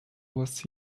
was